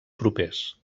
propers